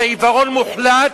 זה עיוורון מוחלט,